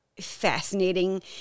fascinating